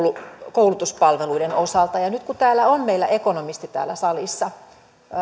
koulutuspalveluiden osalta nyt kun meillä on ekonomisti täällä salissa